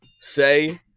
say